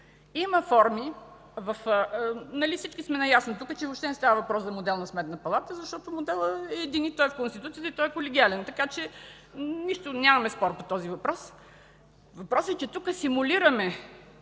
категорично! Тук всички сме наясно, че въобще не става въпрос за модел на Сметна палата, защото моделът е един и той е Конституцията, и той е колегиален. Нямаме спор по този въпрос. Въпросът е, че тук симулираме